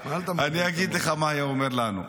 אני אגיד לך מה הוא היה אומר לנו.